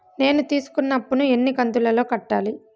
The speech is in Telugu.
నేను తీసుకున్న అప్పు ను ఎన్ని కంతులలో కట్టాలి?